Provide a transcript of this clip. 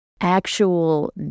Actual